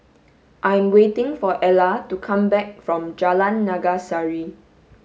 I am waiting for Ellar to come back from Jalan Naga Sari